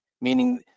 Meaning